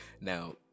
now